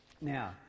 Now